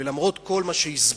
ועל אף כל מה שהסביר,